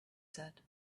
said